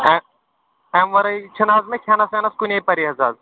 اَمہِ اَمہِ وَرٲے چھِنہٕ حظ مےٚ کھیٚنَس ویٚنَس کُنے پَرہیز حظ